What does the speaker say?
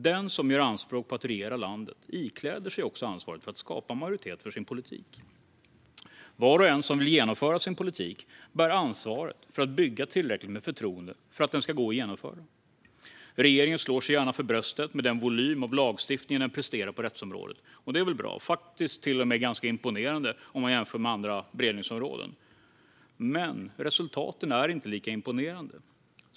Den som gör anspråk på att regera landet ikläder sig också ansvaret för att skapa majoritet för sin politik. Var och en som vill genomföra sin politik bär ansvaret för att bygga tillräckligt med förtroende för att den ska gå att genomföra. Regeringen slår sig gärna för bröstet för den volym lagstiftning den presterar på rättsområdet. Volymen är faktiskt bra, till och med ganska imponerande om man jämför med andra beredningsområden. Resultaten är dock inte lika imponerande.